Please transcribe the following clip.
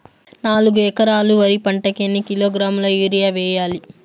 నాలుగు ఎకరాలు వరి పంటకి ఎన్ని కిలోగ్రాముల యూరియ వేయాలి?